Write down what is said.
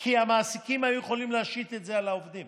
כי המעסיקים היו יכולים להשית את זה על העובדים